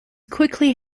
quickly